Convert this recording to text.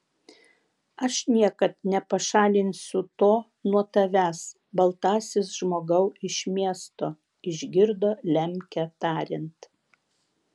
aš niekad nepašalinsiu to nuo tavęs baltasis žmogau iš miesto išgirdo lemkę tariant